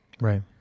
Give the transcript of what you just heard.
Right